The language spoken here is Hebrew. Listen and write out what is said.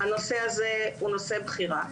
הנושא הזה הוא נושא בחירה.